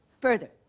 Further